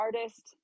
artist